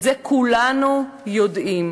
את זה כולנו יודעים.